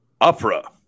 Opera